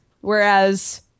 Whereas